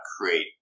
create